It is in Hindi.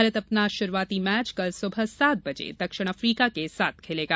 भारत अपना शुरुआती मैच कल सुबह सात बर्जे दक्षिण अफ्रीका के साथ खेलेगा